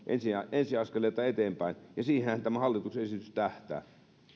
ensiaskeleissa eteenpäin ja siihenhän tämä hallituksen esitys tähtää